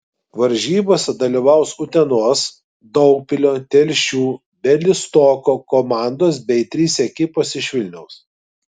varžybose dalyvaus utenos daugpilio telšių bialystoko komandos bei trys ekipos iš vilniaus